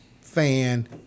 Fan